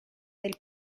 del